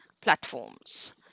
platforms